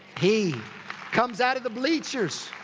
he comes out of the bleachers.